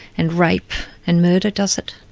and rape and murder, does it?